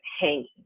hanging